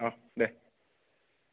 অঁ দে